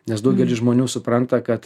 nes daugelis žmonių supranta kad